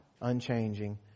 unchanging